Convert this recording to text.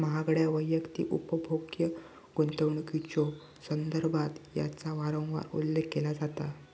महागड्या वैयक्तिक उपभोग्य गुंतवणुकीच्यो संदर्भात याचा वारंवार उल्लेख केला जाता